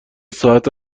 ساعت